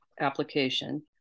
application